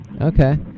okay